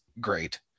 great